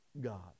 God